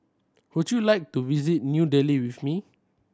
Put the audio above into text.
would you like to visit New Delhi with me